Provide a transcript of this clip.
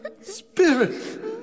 spirit